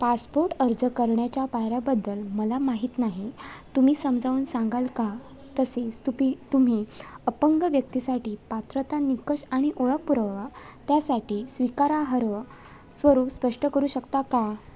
passport अर्ज करण्याच्या पायऱ्याबद्दल मला माहीत नाही तुम्ही समजावून सांगाल का तसेच तुम्ही तुम्ही अपंग व्यक्तीसाठी पात्रता निकष आणि ओळख पुरावा त्यासाठी स्वीकारार्ह स्वरूप स्पष्ट करू शकता का